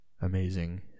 amazing